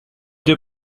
deux